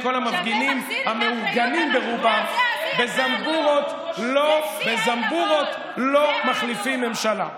המאורגנים ברובם: בזמבורות לא מחליפים ממשלה.